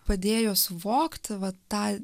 padėjo suvokti vat tą